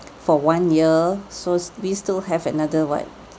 for one year so we still have another what